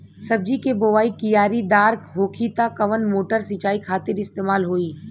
सब्जी के बोवाई क्यारी दार होखि त कवन मोटर सिंचाई खातिर इस्तेमाल होई?